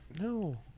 no